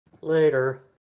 Later